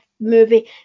movie